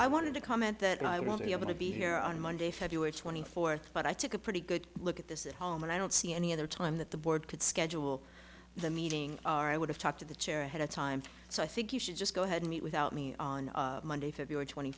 i wanted to comment that i want to be able to be here on monday february twenty fourth but i took a pretty good look at this at home and i don't see any other time that the board could schedule the meeting i would have talked to the chair ahead of time so i think you should just go ahead and meet without me on monday february twenty